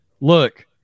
look